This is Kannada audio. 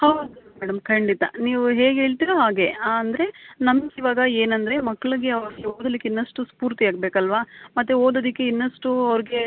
ಹೌದು ಮೇಡಮ್ ಖಂಡಿತ ನೀವು ಹೇಗೆ ಹೇಳ್ತಿರೋ ಹಾಗೆ ಅಂದರೆ ನಮ್ಗೆ ಇವಾಗ ಏನಂದರೆ ಮಕ್ಳಿಗೆ ಅವತ್ತು ಓದಲಿಕ್ಕೆ ಇನ್ನಷ್ಟು ಸ್ಪೂರ್ತಿ ಆಗಬೇಕಲ್ವ ಮತ್ತೆ ಓದೋದಕ್ಕೆ ಇನ್ನಷ್ಟು ಅವರಿಗೆ